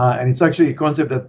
and it's actually a concept that